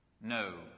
No